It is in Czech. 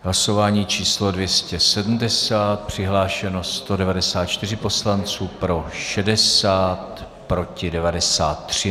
Hlasování číslo 270, přihlášeno 194 poslanců, pro 60, proti 93.